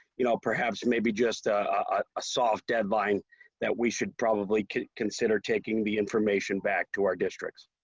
you know, perhaps maybe just a soft deadline that we should probably consider taking the information back to our districts